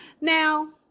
Now